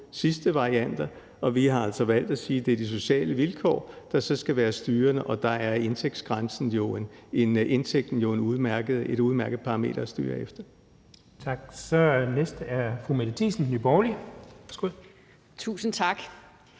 sidste varianter, og vi har altså valgt at sige, at det er de sociale vilkår, der skal være styrende, og der er indtægten jo et udmærket parameter at styre efter. Kl. 11:52 Den fg. formand (Jens Henrik